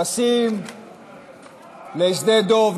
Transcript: טסים לשדה דב,